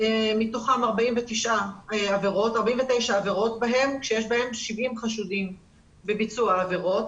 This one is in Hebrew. מתוכם 49 עבירות שיש בהן 70 חשודים בביצוע העבירות.